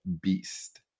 beast